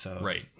Right